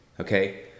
Okay